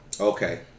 Okay